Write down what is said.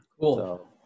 Cool